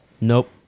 Nope